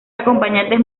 acompañantes